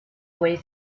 way